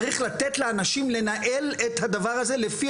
צריך לתת לאנשים לנהל את הדבר הזה לפי